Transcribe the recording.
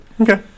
Okay